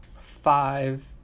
five